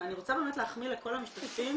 אני רוצה להחמיא לכל המשתתפים,